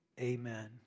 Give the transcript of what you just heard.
amen